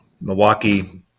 Milwaukee